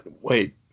wait